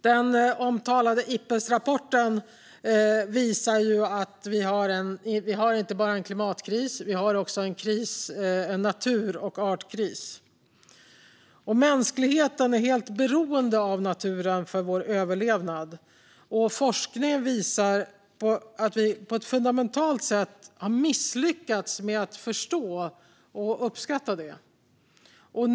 Den omtalade Ipbesrapporten visar att vi inte bara har en klimatkris utan också en natur och artkris. Mänskligheten är helt beroende av naturen för sin överlevnad. Forskningen visar att vi har misslyckats fundamentalt med att förstå det.